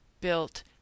built